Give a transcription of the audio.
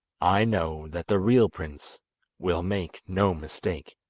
i know that the real prince will make no mistake